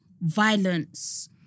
violence